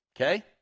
Okay